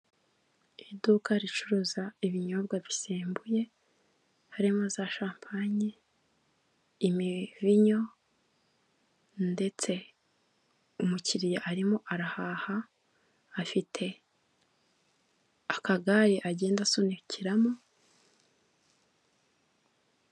Iduka ricuruza ibinyobwa bisembuye; harimo za shampanye, imivinyo, ndetse umukiriya arimo arahaha, afite akagare agenda asunikiramo...